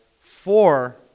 four